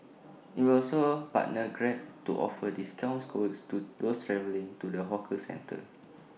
IT will also A partner grab to offer discounts codes to those travelling to the hawker centre